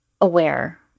aware